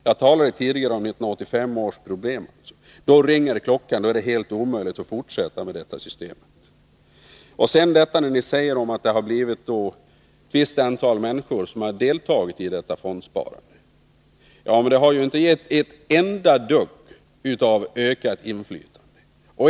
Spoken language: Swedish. Jag talade tidigare om 1985 års problem — då ringer klockan, då är det helt omöjligt att fortsätta med detta system. Ni säger att ett visst antal människor har deltagit i detta fondsparande. Ja, men det har ju inte gett ett enda dugg av ökat inflytande.